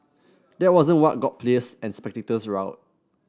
that wasn't what got players and spectators riled